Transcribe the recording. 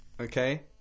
Okay